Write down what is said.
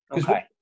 Okay